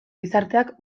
gizarteak